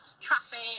traffic